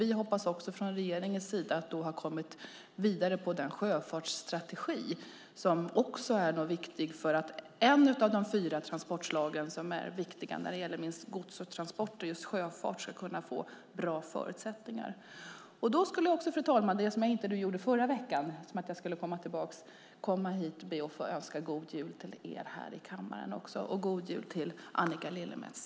Vi hoppas från regeringens sida att vi då har kommit vidare med den sjöfartsstrategi som är viktig för att ett av de fyra transportslagen som är viktiga när det gäller gods och transporter, just sjöfart, ska kunna få bra förutsättningar. Fru talman! Nu ska jag göra det som jag inte gjorde förra veckan och be att få önska god jul till er här i kammaren. Och god jul Annika Lillemets!